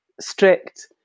strict